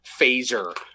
phaser